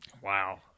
Wow